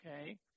okay